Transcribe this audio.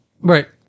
Right